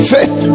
faith